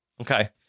okay